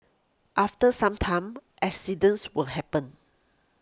after some time accidents will happen